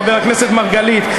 חבר הכנסת מרגלית,